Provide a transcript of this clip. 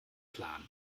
plan